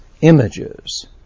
images